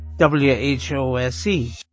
W-H-O-S-E